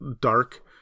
dark